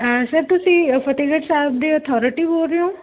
sir ਤੁਸੀਂ ਫਤਿਹਗੜ੍ਹ ਸਾਹਿਬ ਦੇ authority ਬੋਲ ਰਹੇ ਹੋ